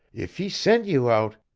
eef he sen' you out,